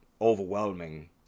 overwhelming